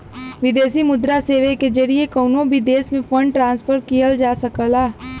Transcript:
विदेशी मुद्रा सेवा के जरिए कउनो भी देश में फंड ट्रांसफर किहल जा सकला